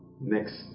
next